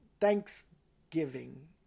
Thanksgiving